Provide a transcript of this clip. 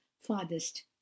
farthest